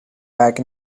back